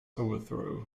overthrow